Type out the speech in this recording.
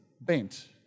bent